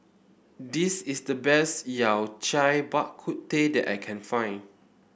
this is the best Yao Cai Bak Kut Teh that I can find